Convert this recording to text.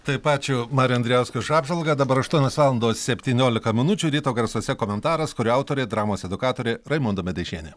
taip ačiū mariui andrijauskui už apžvalgą dabar aštuonios valandos septyniolika minučių ryto garsuose komentaras kurio autorė dramos edukatorė raimonda medeišienė